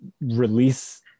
release